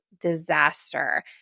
disaster